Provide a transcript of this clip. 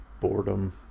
boredom